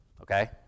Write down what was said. okay